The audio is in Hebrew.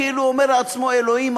וכאילו אומר לעצמו: אלוהים,